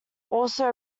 also